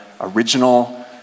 original